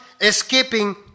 escaping